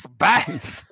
Spice